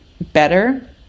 better